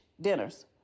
dinners